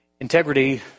Integrity